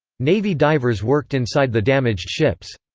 navy divers worked inside the damaged ships.